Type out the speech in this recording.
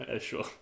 Sure